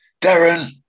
Darren